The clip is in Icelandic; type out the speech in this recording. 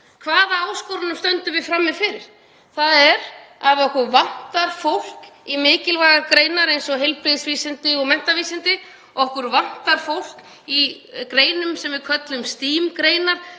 Hvaða áskorunum stöndum við frammi fyrir? Það er að okkur vantar fólk í mikilvægar greinar eins og heilbrigðisvísindi og menntavísindi. Okkur vantar fólk í greinum sem við köllum STEAM-greinar